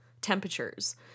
temperatures